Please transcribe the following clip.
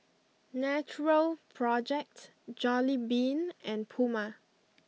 Natural project Jollibean and Puma